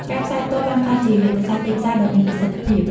ការផ្សាយផ្ទាល់បានក្លាយជាយុទ្ធសាស្ត្រទីផ្សារដ៏មានប្រសិទ្ធភាព។